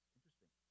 Interesting